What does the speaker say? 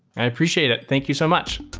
i appreciate it. thank you so much